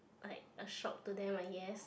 like a shock to them I guess